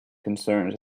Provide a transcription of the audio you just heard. concerns